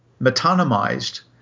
metonymized